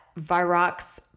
Virox